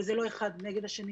וזה לא אחד נגד השני.